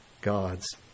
God's